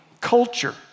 culture